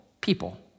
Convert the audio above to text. people